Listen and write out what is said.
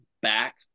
back